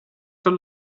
zur